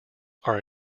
are